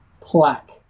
plaque